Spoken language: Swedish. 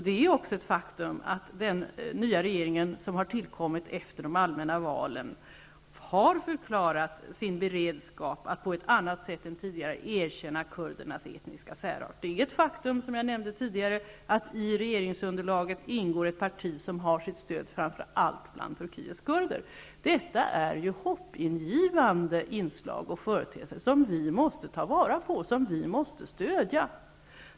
Det är också ett faktum att den nya regering som har tillkommit efter de allmänna valen har förklarat sin beredskap att på ett annat sätt än tidigare erkänna kurdernas etniska särart. Det är vidare ett faktum, som jag nämnde förut, att i regeringsunderlaget ingår ett parti som har sitt stöd framför allt bland Turkiets kurder. Detta är ju hoppingivande inslag och företeelser som vi måste ta vara på och som vi måste stödja.